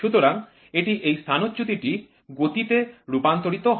সুতরাং এটি এই স্থানচ্যুতি টি গতিতে রূপান্তরিত হয়